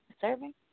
serving